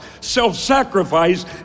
Self-sacrifice